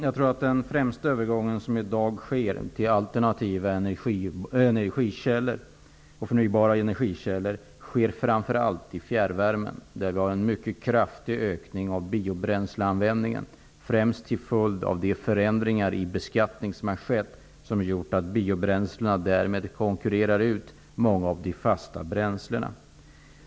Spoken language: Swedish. Herr talman! Jag tror att den övergång till alternativa och förnybara energikällor som äger rum i dag framför allt gäller fjärrvärmen. Vi har där en mycket kraftig ökning av biobränsleanvändningen. Till följd av de förändringar i beskattningen som har skett konkurrerar biobränslena därmed ut många av de fasta bränslena.